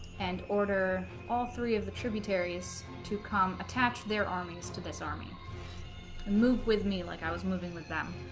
and order all three of the tributaries to come attach their armies to this army and move with me like i was moving with them